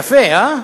יפה, אה?